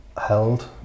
held